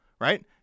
right